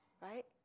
right